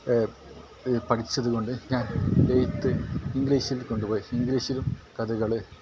പഠിച്ചത് കൊണ്ട് ഞാൻ എഴുത്ത് ഇംഗ്ലീഷിൽ കൊണ്ട് പോയി ഇംഗ്ലീഷിലും കഥകൾ